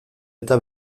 eta